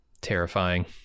Terrifying